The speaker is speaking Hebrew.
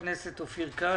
של חברי הכנסת אופיר כץ,